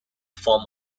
form